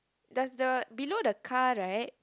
does the below the car right